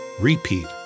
repeat